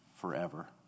forever